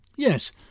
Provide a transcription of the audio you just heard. Yes